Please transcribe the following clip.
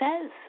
says